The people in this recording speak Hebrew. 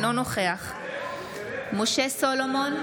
אינו נוכח משה סולומון,